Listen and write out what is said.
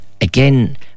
again